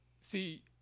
see